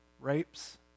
rapes